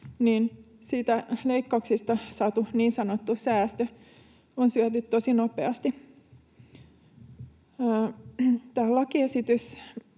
siitä leikkauksesta saatu niin sanottu säästö on syöty tosi nopeasti.